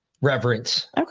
reverence